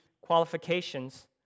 qualifications